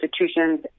institutions